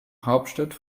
hauptstadt